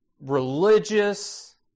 religious